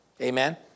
Amen